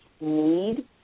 need